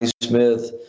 Smith